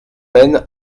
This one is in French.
peine